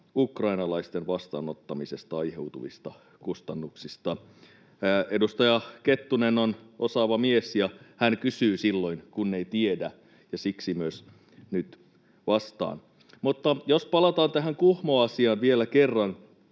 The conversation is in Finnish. ukrainalaisten vastaanottamisesta aiheutuvista kustannuksista.” Edustaja Kettunen on osaava mies, ja hän kysyy silloin, kun ei tiedä, ja siksi myös nyt vastaan. Mutta jos palataan tähän Kuhmo-asiaan vielä kerran: